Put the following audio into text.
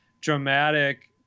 dramatic